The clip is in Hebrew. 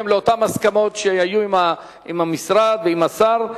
בהתאם להסכמות שהיו עם המשרד ועם השר.